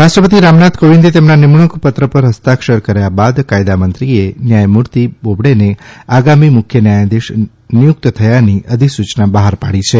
રાષ્ટ્રપતિ રામનાથ કોવિંદે તેમના નિમણૂંક પત્ર પર હસ્તાક્ષર કર્યા બાદ કાયદામંત્રીએ ન્યાયમૂર્તિ બોબડેને આગામી મુખ્ય ન્યાયાધીશ નિયુક્ત થયાની અધિસૂયના બહાર પાડી છે